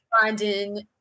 Finding